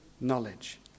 knowledge